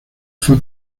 fue